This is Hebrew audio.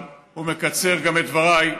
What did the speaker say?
וגם מקצר את דבריי,